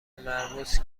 مرموز